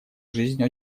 жизнь